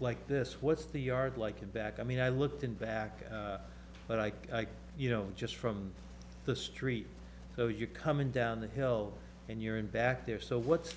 like this what's the yard like in back i mean i looked in back but i you know just from the street so you're coming down the hill and you're in back there so what's